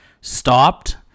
stopped